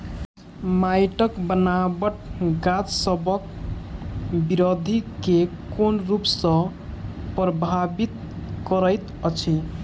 माइटक बनाबट गाछसबक बिरधि केँ कोन रूप सँ परभाबित करइत अछि?